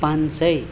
पाँच सय